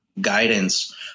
guidance